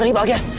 and will get